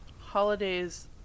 holidays